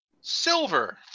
Silver